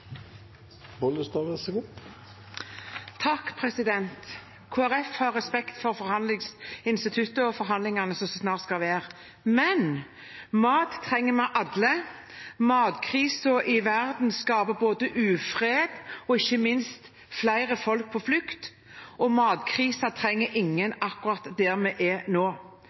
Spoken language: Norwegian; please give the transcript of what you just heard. har respekt for forhandlingsinstituttet og forhandlingene som snart skal foregå. Mat trenger vi alle, matkrisen i verden skaper ufred og ikke minst flere folk på flukt. Matkrise trenger ingen akkurat der vi er nå.